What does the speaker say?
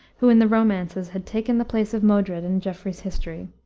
who in the romances had taken the place of modred in geoffrey's history,